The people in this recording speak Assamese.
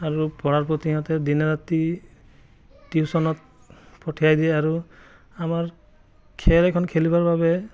আৰু পঢ়াৰ প্ৰতি ইহঁতে দিনে ৰাতি টিউশ্যনত পঠিয়াই দিয়ে আৰু আমাৰ খেল এখন খেলিবৰ বাবে